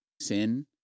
sin